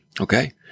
Okay